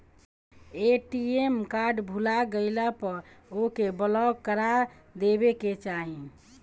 ATM card भूला गईला पअ ओके ब्लाक करा देवे के चाही